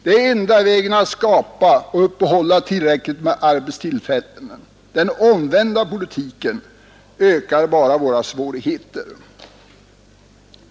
Det är enda vägen att skapa och uppehålla tillräckligt med arbetstillfällen. Den omvända politiken ökar bara våra svårigheter.